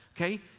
okay